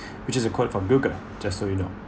which is a quote from google just so you know